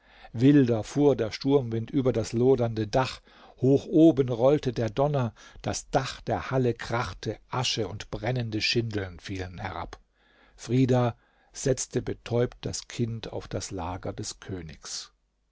wilder fuhr der sturmwind über das lodernde dach hoch oben rollte der donner das dach der halle krachte asche und brennende schindeln fielen herab frida setzte betäubt das kind auf das lager des königs